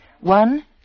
One